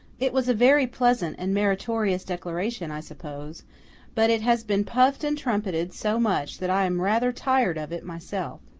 it was a very pleasant and meritorious declaration, i suppose but it has been puffed and trumpeted so much, that i am rather tired of it myself.